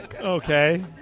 Okay